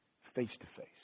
face-to-face